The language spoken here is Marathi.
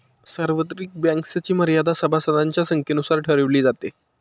सार्वत्रिक बँक्सची मर्यादा सभासदांच्या संख्येनुसार ठरवली जाते